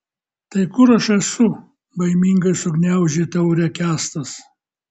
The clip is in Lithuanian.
tai kur aš esu baimingai sugniaužė taurę kęstas